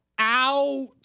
out